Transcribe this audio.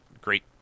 great